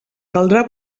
caldrà